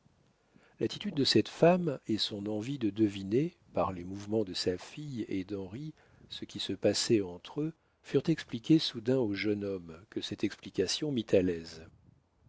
l'attitude de cette femme et son envie de deviner par les mouvements de sa fille et d'henri ce qui se passait entre eux furent expliquées soudain au jeune homme que cette explication mit à l'aise